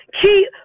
keep